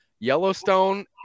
Yellowstone